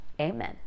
Amen